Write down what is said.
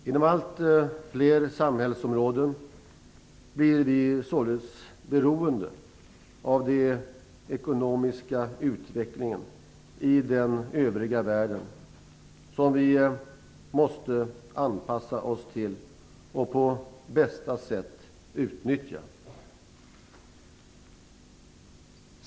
Genom allt fler samhällsområden blir vi således beroende av den ekonomiska utvecklingen i den övriga världen, som vi måste anpassa oss till och på bästa sätt utnyttja.